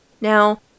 Now